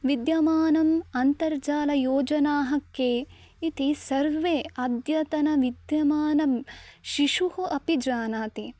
विद्यमानाः अन्तर्जालयोजनाः के इति सर्वे अद्यतनं नित्यमानं शिशुः अपि जानाति